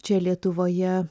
čia lietuvoje